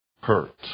hurt